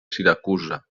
siracusa